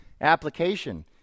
application